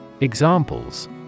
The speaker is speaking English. Examples